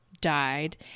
died